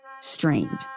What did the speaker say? strained